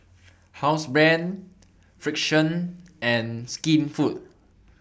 Housebrand Frixion and Skinfood